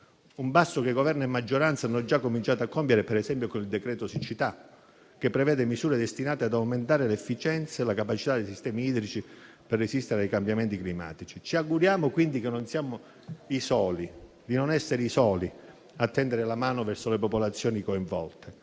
Un passo che Governo e maggioranza hanno già cominciato a compiere, ad esempio con il decreto-legge siccità, che prevede misure destinate ad aumentare l'efficienza e la capacità dei sistemi idrici di resistere ai cambiamenti climatici. Ci auguriamo quindi di non essere i soli a tendere la mano verso le popolazioni coinvolte,